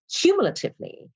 cumulatively